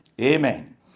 Amen